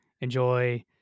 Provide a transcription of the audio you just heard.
enjoy